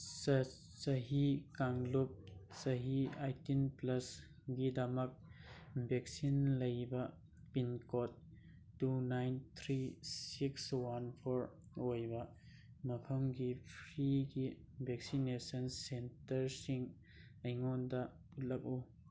ꯆꯍꯤ ꯀꯥꯡꯂꯨꯞ ꯆꯍꯤ ꯑꯥꯏꯇꯤꯟ ꯄ꯭ꯂꯁꯒꯤꯗꯃꯛ ꯚꯦꯛꯁꯤꯟ ꯂꯩꯕ pin code two nine three six one four ꯑꯣꯏꯕ ꯃꯐꯝꯒꯤ ꯐ꯭ꯔꯤꯒꯤ ꯚꯦꯛꯁꯤꯅꯦꯁꯟ ꯁꯦꯟꯇꯔꯁꯤꯡ ꯑꯩꯉꯣꯟꯗ ꯎꯠꯂꯛꯎ